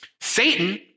Satan